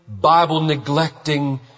Bible-neglecting